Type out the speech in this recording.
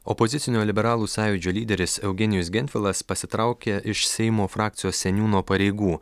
opozicinio liberalų sąjūdžio lyderis eugenijus gentvilas pasitraukė iš seimo frakcijos seniūno pareigų